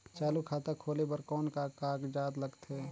चालू खाता खोले बर कौन का कागजात लगथे?